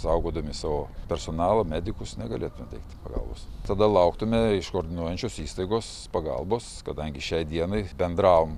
saugodami savo personalą medikus negalėtume teikti pagalbos tada lauktume iš koordinuojančios įstaigos pagalbos kadangi šiai dienai bendravom